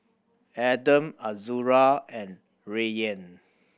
Adam Azura and Rayyan